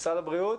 משרד הבריאות.